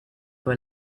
for